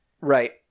Right